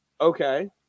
Okay